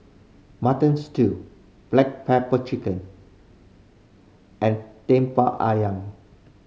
Mutton Stew black pepper chicken and Lemper Ayam